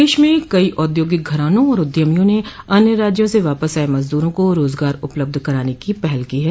प्रदेश में कई औद्योगिक घराने और उद्यमियों ने अन्य राज्यों से वापस आए मजदूरों को रोजगार उपलब्ध कराने की पहल की ह